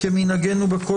מכובדיי,